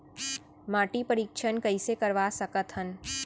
माटी परीक्षण कइसे करवा सकत हन?